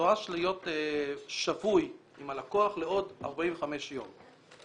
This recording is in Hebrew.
נדרש להיות שבוי עם הלקוח לעוד 45 יום.